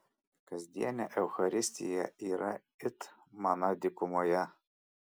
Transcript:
kasdienė eucharistija yra it mana dykumoje